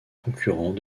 concurrent